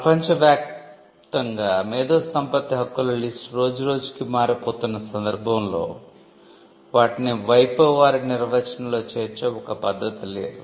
ప్రపంచ వ్యాప్తంగా మేధోసంపత్తి హక్కుల లిస్టు రోజు రోజుకీ మారిపోతున్న సందర్భంలో వాటిని WIPO వారి నిర్వచనంలో చేర్చే ఒక పధ్ధతి లేదు